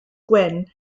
gwen